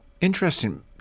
Interesting